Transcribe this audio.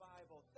Bible